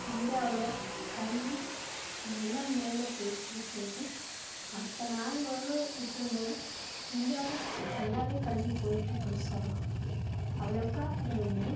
இந்தியாவில் கல்வி நல்ல முறையில் போயிட்டுருக்குது மற்ற நாடுகளோடு ஒப்பிடும் போது இந்தியாவில் நல்லாவே கல்வி போயிட்டு இருக்குதுன்னு சொல்லலாம் அவ்வளோக்கா அதில் ஏதும்